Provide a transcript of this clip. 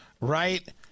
right